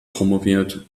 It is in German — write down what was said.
promoviert